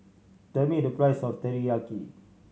tell me the price of Teriyaki